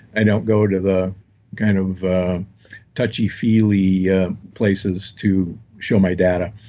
i don't go to the kind of touchyfeely places to show my data.